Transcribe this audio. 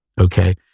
Okay